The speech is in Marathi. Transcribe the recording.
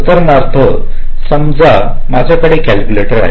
उदाहरणार्थ समजा माझ्याकडे कॅलक्युलेटर आहे